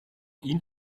ihn